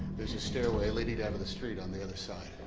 stairway leading to and the street on the other side.